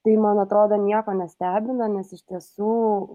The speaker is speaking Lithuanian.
tai man atrodo nieko nestebina nes iš tiesų